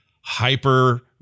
hyper